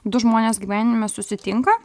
du žmonės gyvenime susitinka